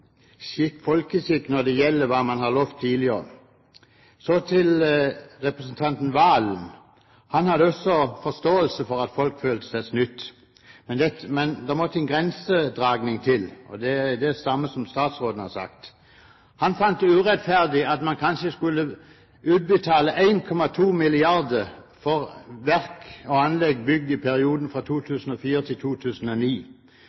folkeskikk, i forhold til hva man har lovet tidligere. Så til representanten Serigstad Valen: Han hadde også forståelse for at folk følte seg snytt, men det måtte en grensedragning til, og det er det samme som statsråden har sagt. Han fant det urettferdig at man kanskje skulle utbetale 1,2 mrd. kr for verk og anlegg bygd i perioden